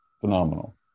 Phenomenal